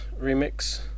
remix